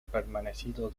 permanecido